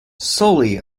solely